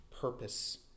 purpose